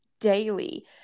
daily